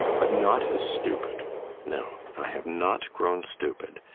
but not as stupid no, i have not grown stupid.